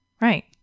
Right